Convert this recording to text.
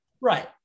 Right